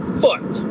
foot